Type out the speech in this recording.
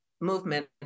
movement